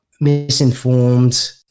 misinformed